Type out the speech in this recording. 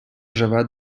живе